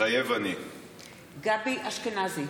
מתחייב אני גבי אשכנזי,